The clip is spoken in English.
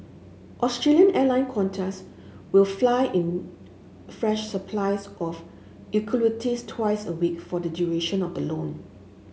Australian Airline Qantas will fly in fresh supplies of eucalyptus twice a week for the duration of the loan